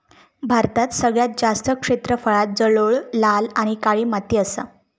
भारतात सगळ्यात जास्त क्षेत्रफळांत जलोळ, लाल आणि काळी माती असा